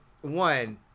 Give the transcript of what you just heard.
one